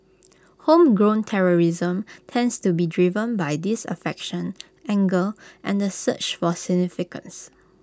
homegrown terrorism tends to be driven by disaffection anger and the search for significance